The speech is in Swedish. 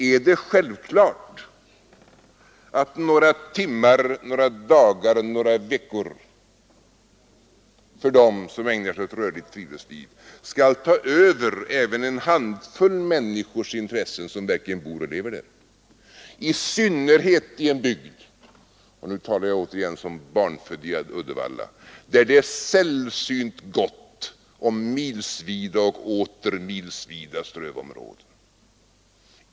Är det självklart att några timmar, dagar eller veckor för dem som ägnar sig åt rörligt friluftsliv skall ta över en handfull människors intressen som verkligen bor och lever där, i synnerhet i en bygd — nu talar jag återigen som barnfödd i Uddevalla -- där det är sällsynt gott om milsvida strövområden.